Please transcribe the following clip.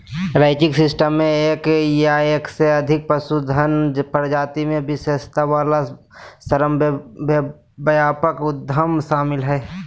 ranching system मे एक या एक से अधिक पशुधन प्रजाति मे विशेषज्ञता वला श्रमव्यापक उद्यम शामिल हय